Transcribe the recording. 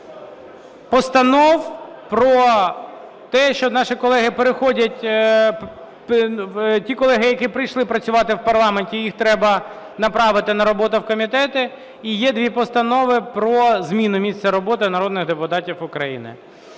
постанов про те, що наші колеги переходять… Ті колеги, які прийшли працювати в парламенті, їх треба направити на роботу в комітети. І є дві постанови про зміну місця роботи народних депутатів України.